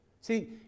See